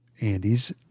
Andy's